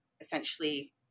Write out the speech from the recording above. essentially